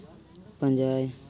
ᱯᱟᱸᱡᱟᱭ